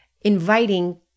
inviting